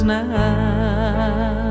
now